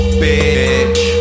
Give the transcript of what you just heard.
bitch